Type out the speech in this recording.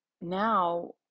Now